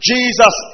Jesus